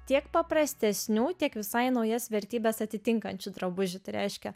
tiek paprastesnių tiek visai naujas vertybes atitinkančių drabužių tai reiškia